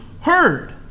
heard